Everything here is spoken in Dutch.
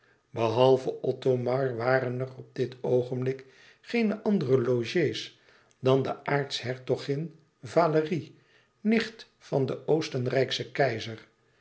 behalve othomar waren er op dit oogenblik geene andere logés dan de aartshertogin valérie nicht van den oostenrijkschen keizer